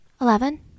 Eleven